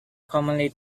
commonly